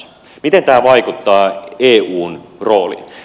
miten tämä vaikuttaa eun rooliin